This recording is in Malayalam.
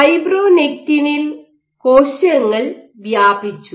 ഫൈബ്രോനെക്റ്റിനിൽ കോശങ്ങൾ വ്യാപിച്ചു